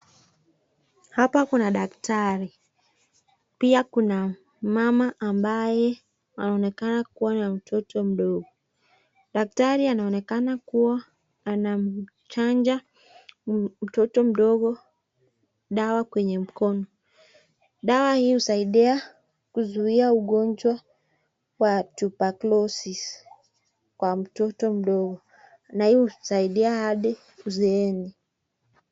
Hapa kuna daktari, pia kuna mama ambaye aonekana kuwa na mtoto mdogo. Daktari aonekana kuwa anamchanja mtoto mdogo dawa kwenye mkono. Dawa hii husaidia kuzuia ugonjwa wa tuberculosis kwa mtoto mdogo na hii husaidia hadi uzeeni.